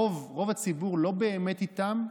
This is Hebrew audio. רוב הציבור לא באמת איתם.